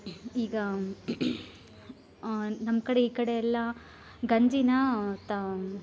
ಈಗ ನಮ್ಮ ಕಡೆ ಈ ಕಡೆ ಎಲ್ಲಾ ಗಂಜಿನಾ ತಾ